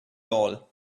all